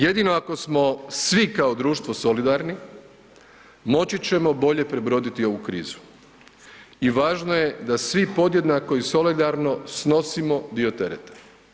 Jedino ako smo svi kao društvo solidarni moći ćemo bolje prebroditi ovu krizu i važno je da svi podjednako i solidarno snosimo dio tereta.